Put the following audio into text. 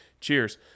cheers